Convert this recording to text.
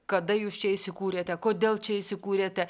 kada jūs čia įsikūrėte kodėl čia įsikūrėte